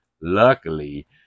luckily